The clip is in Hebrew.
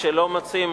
כשלא מוצאים,